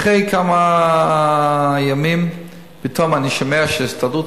אחרי כמה ימים פתאום אני שומע שההסתדרות